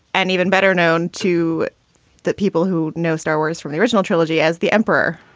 and even better known to that, people who know star wars from the original trilogy as the emperor.